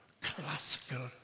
classical